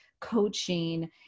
coaching